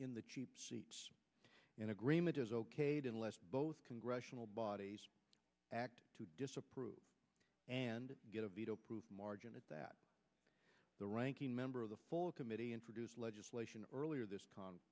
in the cheap in agreement as okayed unless both congressional bodies act to disapprove and get a veto proof margin and that the ranking member of the full committee introduced legislation earlier this con